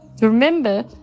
Remember